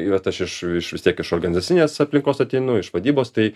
vat aš iš iš vis tiek iš organizacinės aplinkos ateinu iš vadybos tai